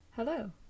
Hello